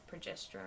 progesterone